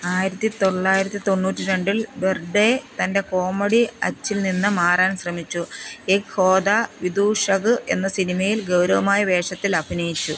ആയിരത്തി തൊള്ളായിരത്തി തൊണ്ണൂറ്റി രണ്ടിൽ ബെർഡേ തൻ്റെ കോമഡി അച്ചിൽ നിന്ന് മാറാൻ ശ്രമിച്ചു ഏക് ഹോതാ വിദുഷക് എന്ന സിനിമയിൽ ഗൗരവമായ വേഷത്തിൽ അഭിനയിച്ചു